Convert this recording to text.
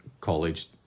College